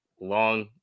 long